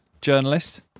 journalist